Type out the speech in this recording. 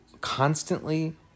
constantly